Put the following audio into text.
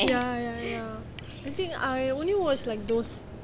ya ya ya I think I only watch like those